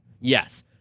Yes